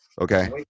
Okay